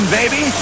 baby